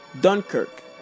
Dunkirk